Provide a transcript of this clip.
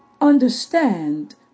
understand